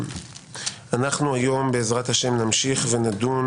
אנחנו היום בעזרת השם נמשיך ונדון